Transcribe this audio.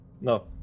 no